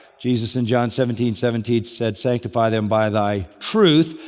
jesus in john seventeen seventeen said, sanctify them by thy truth,